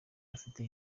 afite